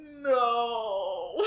No